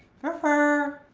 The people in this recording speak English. fur fur.